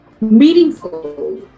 meaningful